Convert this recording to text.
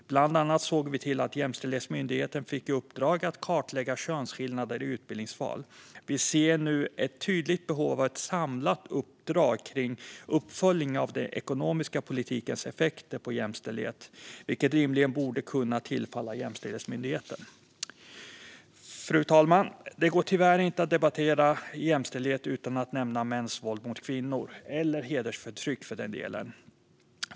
Bland annat såg vi till att Jämställdhetsmyndigheten fick i uppdrag att kartlägga könsskillnader i utbildningsval. Vi ser nu ett tydligt behov av ett samlat uppdrag kring uppföljning av den ekonomiska politikens effekter på jämställdhet, vilket rimligen borde kunna tillfalla Jämställdhetsmyndigheten. Fru talman! Det går tyvärr inte att debattera jämställdhet utan att nämna mäns våld mot kvinnor, eller hedersförtryck för den delen.